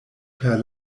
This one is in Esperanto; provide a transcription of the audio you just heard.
per